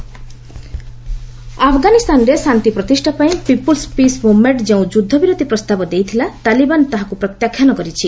Afghan ceasefire ଆଫଗାନିସ୍ତାନରେ ଶାନ୍ତି ପ୍ରତିଷ୍ଠାପାଇଁ ପିପୁଲ୍ସ୍ ପିସ୍ ମୁଭ୍ମେଣ୍ଟ ଯେଉଁ ଯୁଦ୍ଧ ବିରତି ପ୍ରସ୍ତାବ ଦେଇଥିଲା ତାଲିବାନ ତାହାକୁ ପ୍ରତ୍ୟାଖ୍ୟାନ କରିଛି